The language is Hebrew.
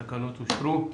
התקנות אושרו.